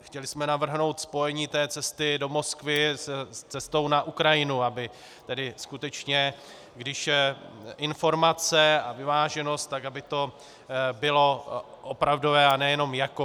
Chtěli jsme navrhnout spojení té cesty do Moskvy s cestou na Ukrajinu, aby tedy skutečně, když informace a vyváženost, tak aby to bylo opravdové, a ne jenom jako.